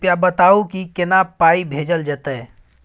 कृपया बताऊ की केना पाई भेजल जेतै?